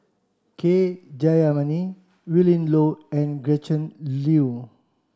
K Jayamani Willin Low and Gretchen Liu